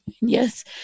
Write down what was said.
Yes